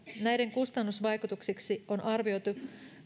näiden kustannusvaikutuksiksi on arvioitu